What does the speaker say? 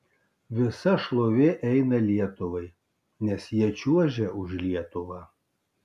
visa šlovė eina lietuvai nes jie čiuožia už lietuvą